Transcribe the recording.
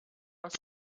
was